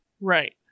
Right